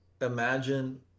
imagine